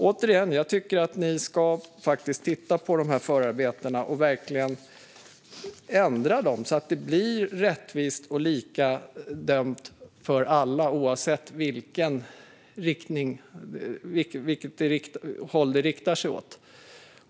Återigen: Jag tycker att ni ska titta på förarbetena, Morgan Johansson, och ändra dessa så att det blir rättvist och lika dömt för alla, oavsett viket håll det riktar sig åt.